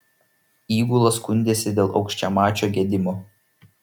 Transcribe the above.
įgula skundėsi dėl aukščiamačio gedimo